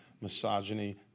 misogyny